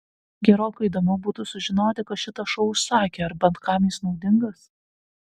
gerokai įdomiau būtų sužinoti kas šitą šou užsakė ar bent kam jis naudingas